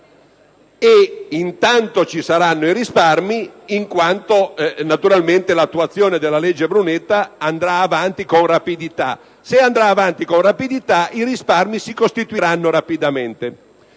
in tanto ci saranno i risparmi, in quanto naturalmente l'attuazione della legge Brunetta andrà avanti con rapidità, e quindi, se ciò avverrà, i risparmi si costituiranno rapidamente.